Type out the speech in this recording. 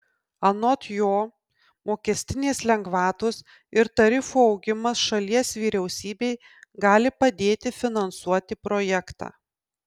anot jo mokestinės lengvatos ir tarifų augimas šalies vyriausybei gali padėti finansuoti projektą